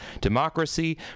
democracy